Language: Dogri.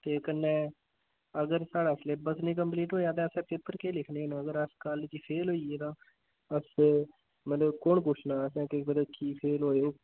ते कन्नै अगर साढ़ा सलेबस नि कम्पलीट होएया ते असें पेपर केह् लिखने न अगर अस कल गी फेल होई गे तां अस मतलब कौन पुच्छना असें के मतलब कि की फेल होए